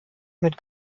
mit